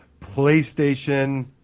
playstation